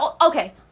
okay